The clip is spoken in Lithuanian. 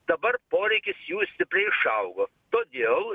dabar poreikis jų stipriai išaugo todėl